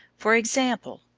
for example,